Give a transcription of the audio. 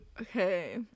Okay